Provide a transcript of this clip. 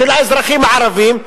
של האזרחים הערבים,